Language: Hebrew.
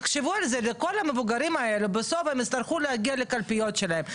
תחשבו על זה לכל המבוגרים האלה בסוף הם יצטרכו להגיע לקלפיות שלהם,